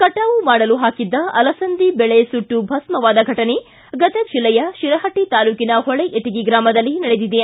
ಕಟಾವು ಮಾಡಲು ಹಾಕಿದ್ದ ಅಲಸಂದಿ ಬೆಳೆ ಸುಟ್ಟು ಭಸ್ಮವಾದ ಘಟನೆ ಗದಗ್ ಜಿಲ್ಲೆಯ ಶಿರಹಟ್ಟಿ ತಾಲೂಕಿನ ಹೊಳೆಇಟಗಿ ಗ್ರಾಮದಲ್ಲಿ ನಡೆದಿದೆ